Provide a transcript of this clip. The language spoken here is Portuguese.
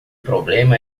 problema